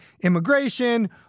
immigration